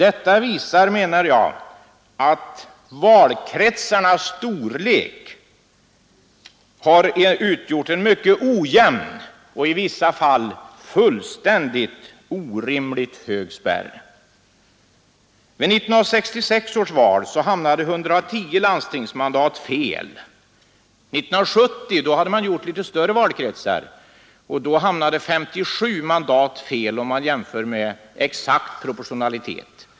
Detta visar, menar jag, att valkretsarnas storlek har utgjort en mycket ojämn och i vissa fall orimligt hög spärr. Vid 1966 års val hamnade 110 landstingsmandat fel. År 1970 hade man gjort litet större valkretsar, och då hamnade 57 mandat fel, jämfört med exakt proportionalitet.